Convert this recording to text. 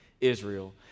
Israel